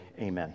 amen